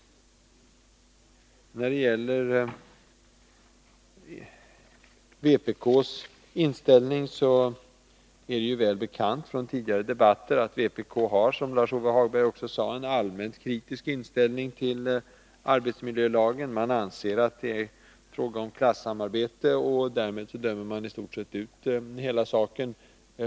När det gäller vpk:s inställning är det ju väl bekant från tidigare debatter att vpk har — som Lars-Ove Hagberg också sade — en allmänt kritisk inställning till arbetsmiljölagen. Man anser att det är fråga om klassamarbete, och därmed dömer man i stort sett ut det hela.